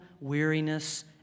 weariness